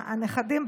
הנכדים,